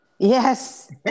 Yes